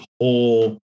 whole